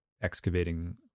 excavating